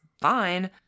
fine